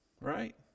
right